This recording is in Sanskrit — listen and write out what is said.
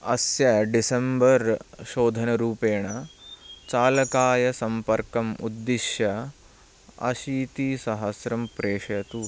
अस्य डिसेम्बर् शोधनरुपेण चालकाय सम्पर्कम् उद्दिश्य अशीतिसहस्रं प्रेषयतु